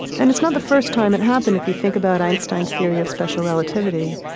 and it's not the first time it happened. if you think about einstein's theory of special relativity,